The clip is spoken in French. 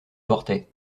portaient